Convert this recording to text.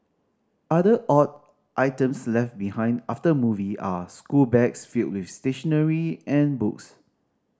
other odd items left behind after a movie are schoolbags filled with stationery and books